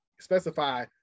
specify